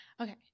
Okay